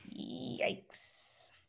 Yikes